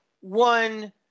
One